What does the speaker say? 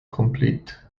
complete